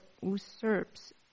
usurps